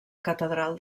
catedral